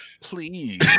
Please